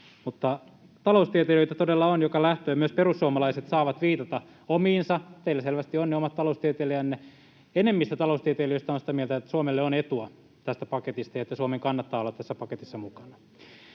Mutta taloustieteilijöitä todella on joka lähtöön. Myös perussuomalaiset saavat viitata omiinsa — teillä selvästi ovat ne omat taloustieteilijänne. Enemmistö taloustieteilijöistä on sitä mieltä, että Suomelle on etua tästä paketista ja että Suomen kannattaa olla tässä paketissa mukana.